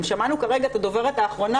שמענו כרגע את הדוברת האחרונה,